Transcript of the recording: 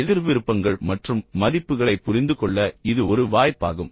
எதிர் விருப்பங்கள் மற்றும் மதிப்புகளைப் புரிந்துகொள்ள இது ஒரு வாய்ப்பாகும்